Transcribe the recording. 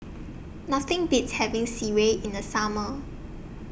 Nothing Beats having Sireh in The Summer